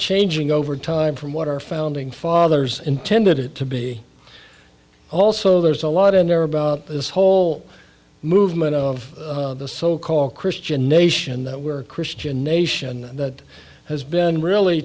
changing over time from what our founding fathers intended it to be also there's a lot in there about this whole movement of the so called christian nation that we're a christian nation that has been really